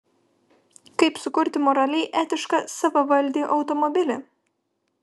kaip sukurti moraliai etišką savavaldį automobilį